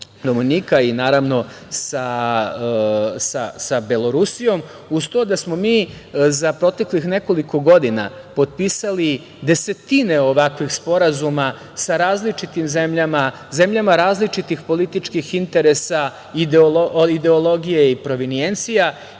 i sa Belorusijom, uz to da smo mi za proteklih nekoliko godina potpisali desetine ovakvih sporazuma sa različitim zemljama, zemljama različitih političkih interesa, ideologija i provinijencija.